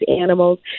animals